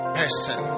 person